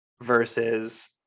versus